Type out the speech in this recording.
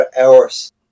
hours